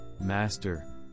Master